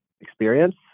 experience